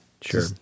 Sure